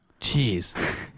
Jeez